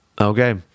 Okay